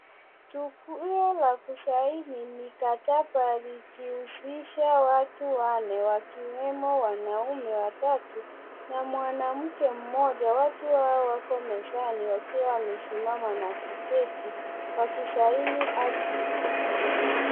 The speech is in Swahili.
Jukwa la kusaini mikataba likihusisha watu wanne, wakiwemo wanaume watatu na mwanamke moja watu wao wako mezani wakiwa amesimama na kuketi wakisaini ati.